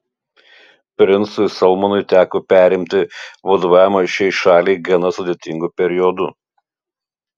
princui salmanui teko perimti vadovavimą šiai šaliai gana sudėtingu periodu